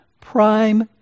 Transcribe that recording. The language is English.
prime